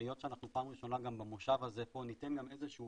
היות שאנחנו פעם ראשונה במושב הזה פה ניתן איזה שהוא